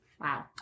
Wow